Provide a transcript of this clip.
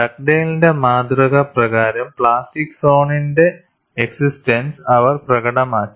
ഡഗ്ഡെയ്ലിന്റെ മാതൃക പ്രകാരം പ്ലാസ്റ്റിക് സോണിന്റെ എക്സിസ്റ്റൻസ് അവർ പ്രകടമാക്കി